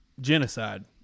genocide